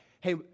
hey